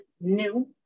new